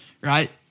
right